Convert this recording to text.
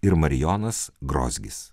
ir marijonas grozgis